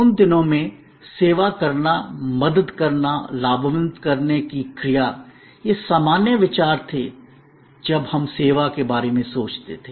उन दिनों में सेवा करना मदद करना लाभान्वित करने की क्रिया ये सामान्य विचार थे जब हम सेवा के बारे में सोचते थे